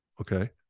okay